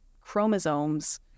chromosomes